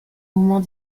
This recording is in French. moments